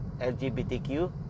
LGBTQ